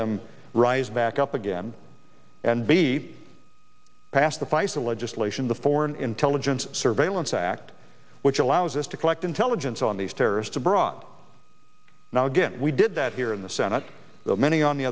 them rise back up again and be past the price of legislation the foreign intelligence surveillance act which allows us to collect intelligence on these terrorists abroad now again we did that here in the senate many on the